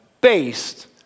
based